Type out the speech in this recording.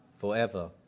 forever